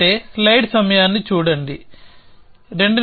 అంటే స్లయిడ్ సమయాన్ని చూడండి 0213